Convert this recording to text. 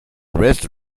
rest